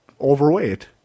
overweight